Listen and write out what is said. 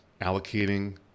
allocating